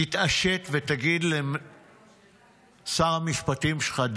תתעשת ותגיד לשר המשפטים שלך: